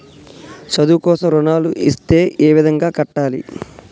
చదువు కోసం రుణాలు ఇస్తే ఏ విధంగా కట్టాలి?